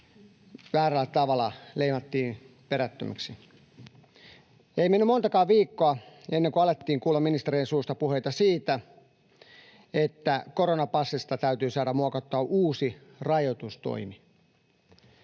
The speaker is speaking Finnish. väärällä tavalla, leimattiin perättömiksi. Ei mennyt montakaan viikkoa, kun alettiin kuulla ministereiden suusta puheita siitä, että koronapassista täytyy saada muokattua uusi rajoitustoimi.